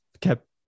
kept